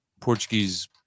Portuguese